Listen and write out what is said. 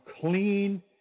clean